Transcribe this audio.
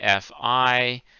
FI